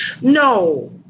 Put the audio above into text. No